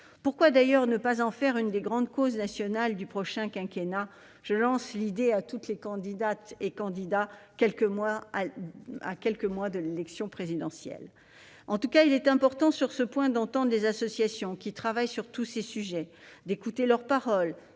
Pourquoi d'ailleurs ne pas en faire l'une des grandes causes nationales du prochain quinquennat ? Je lance l'idée à toutes les candidates et à tous les candidats à quelques mois de l'élection présidentielle. Il est important à cet égard d'écouter les associations travaillant sur de tels sujets, d'entendre leur parole